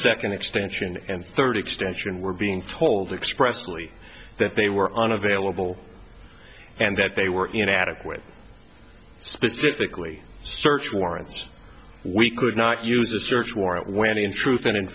second extension and third extension were being told expressed only that they were unavailable and that they were inadequate specifically search warrants we could not use a search warrant when in truth and in